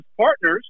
partners